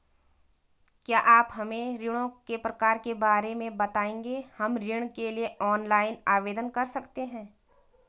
क्या आप हमें ऋणों के प्रकार के बारे में बताएँगे हम ऋण के लिए ऑनलाइन आवेदन कर सकते हैं?